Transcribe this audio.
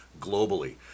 globally